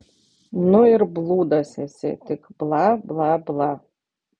nu ir blūdas esi tik bla bla bla